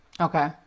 Okay